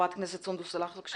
ח"כ סונדוס סאלח בבקשה.